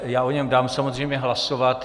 Já o něm dám samozřejmě hlasovat.